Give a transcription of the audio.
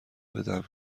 بدم